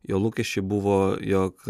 jo lūkesčiai buvo jog